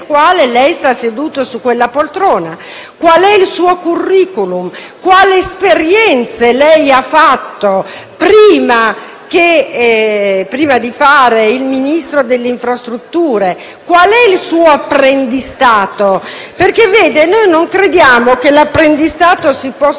qual è il suo *curriculum*; quale esperienze lei ha fatto prima di diventare Ministro delle infrastrutture; qual è il suo apprendistato. Vede, noi non crediamo che l'apprendistato si possa svolgere facendo i Vice *Premier*, i sindaci